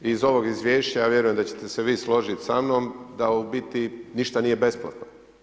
Iz ovog izvješća ja vjerujem da ćete se vi složiti sa mnom, da u biti ništa nije besplatno.